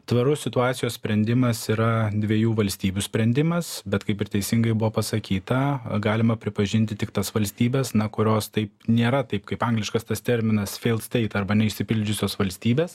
tvarus situacijos sprendimas yra dviejų valstybių sprendimas bet kaip ir teisingai buvo pasakyta galima pripažinti tik tas valstybes na kurios taip nėra taip kaip angliškas tas terminas feil steit arba neišsipildžiusios valstybės